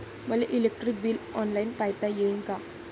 मले electric bill online पायता येईन का?